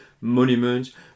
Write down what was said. monuments